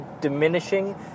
diminishing